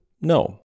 No